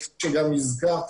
ואני חושב שגם הזכרת,